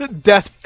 Death